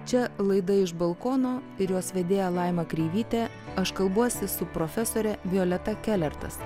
čia laida iš balkono ir jos vedėja laima kreivytė aš kalbuosi su profesore violeta kelertas